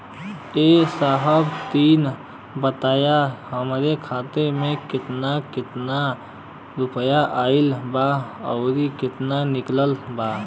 ए साहब तनि बताई हमरे खाता मे कितना केतना रुपया आईल बा अउर कितना निकलल बा?